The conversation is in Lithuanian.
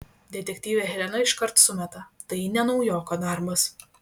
detektyvė helena iškart sumeta tai ne naujoko darbas